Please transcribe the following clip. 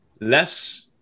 less